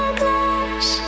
glass